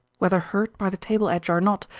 whether hurt by the table edge or not,